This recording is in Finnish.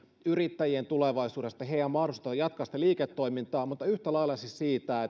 yrittäjien tulevaisuudesta heidän mahdollisuudestaan jatkaa sitä liiketoimintaa mutta yhtä lailla siis siitä